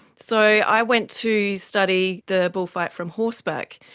so i went to study the bullfight from horseback,